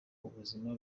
ubuzima